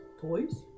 toys